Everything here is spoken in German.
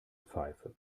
pfeife